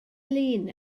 lin